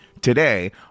today